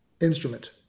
Instrument